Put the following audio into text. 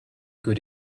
good